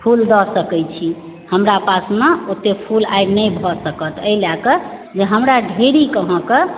फुल दऽ सकै छी हमरा पास मे ओते फुल आइ नइ भऽ सकत अहि लऽ कऽ जे हमरा ढ़ेरिके अहाँके